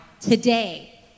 today